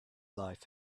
life